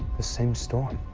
the same storm?